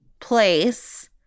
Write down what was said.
place